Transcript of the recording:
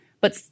But-